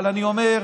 אבל אני אומר,